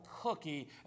cookie